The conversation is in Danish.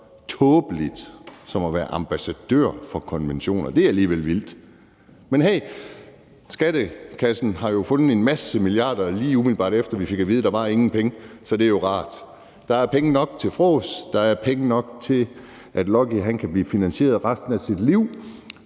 tåbeligt som at være ambassadør for konventioner? Det er alligevel vildt. Men hey, i skattekassen har man jo fundet en masse milliarder, lige umiddelbart efter vi fik at vide, at der ingen penge var. Så det er jo rart. Der er penge nok til frås. Der er penge nok til, at Lucky kan blive finansieret resten af sit liv.